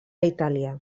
itàlia